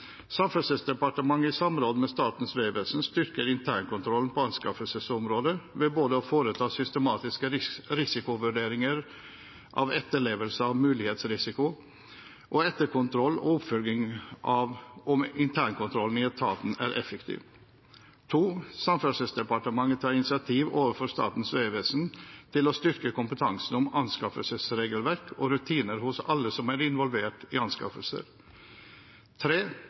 Samferdselsdepartementet i samarbeid med Statens vegvesen styrker internkontrollen på anskaffelsesområdet ved både å foreta systematiske risikovurderinger av etterlevelse av mulighetsrisiko og etterkontroll og oppfølging av om internkontrollen i etaten er effektiv tar initiativ overfor Statens vegvesen til å styrke kompetansen om anskaffelsesregelverk og rutiner hos alle som er involvert i anskaffelser